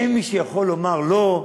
אין מי שיכול לומר לא,